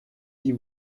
die